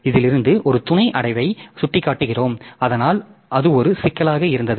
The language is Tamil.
இதிலிருந்து ஒரு துணை அடைவை சுட்டிக்காட்டுகிறோம் அதனால் அது ஒரு சிக்கலாக இருந்தது